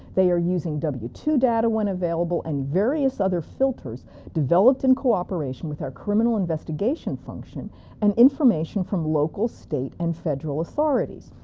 they are using w two data, when available, and various other filters developed in cooperation with our criminal investigation function and information from local, state, and federal authorities.